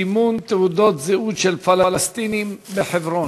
סימון תעודות זהות של פלסטינים בחברון.